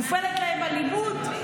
מופעלת עליהם אלימות,